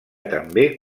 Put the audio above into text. també